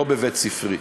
לא בבית-ספרי.